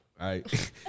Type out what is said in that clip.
right